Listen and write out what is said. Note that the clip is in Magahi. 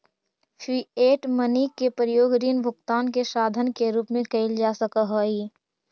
फिएट मनी के प्रयोग ऋण भुगतान के साधन के रूप में कईल जा सकऽ हई